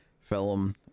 film